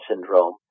syndrome